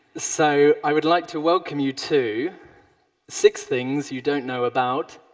so, i would like to welcome you to six things you don't know about